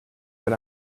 but